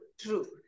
true